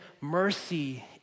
mercy